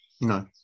no